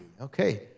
Okay